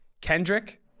Kendrick